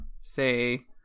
say